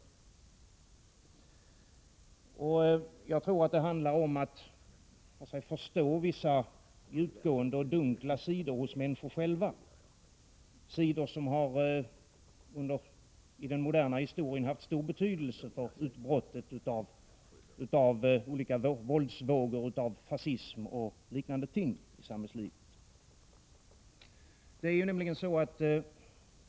Jag tror att det handlar om att förstå vissa djupgående och dunkla sidor hos människor själva, sidor som i den moderna historien haft stor betydelse för utbrotten av olika våldsvågor, av fascism och liknande ting, i samhällslivet.